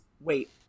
wait